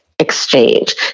exchange